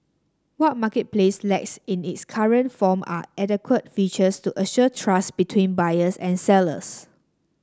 what Marketplace lacks in its current form are adequate features to assure trust between buyers and sellers